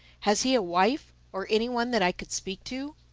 has he a wife, or any one that i could speak to?